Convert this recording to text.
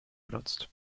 benutzt